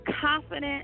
confident